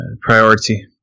priority